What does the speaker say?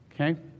Okay